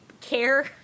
care